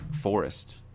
forest